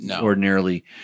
ordinarily